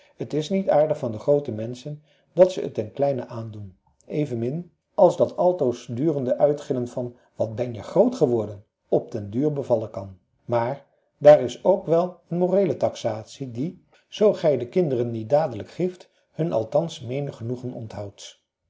t is niet aardig van de groote menschen dat ze t den kleinen aandoen evenmin als dat altoosdurende uitgillen van wat ben je groot geworden op den duur bevallen kan maar daar is toch ook wel een moreele taxatie die zoo zij de kinderen niet dadelijk grieft hun althans menig genoegen onthoudt